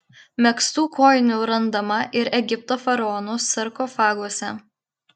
megztų kojinių randama ir egipto faraonų sarkofaguose